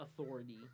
authority